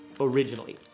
originally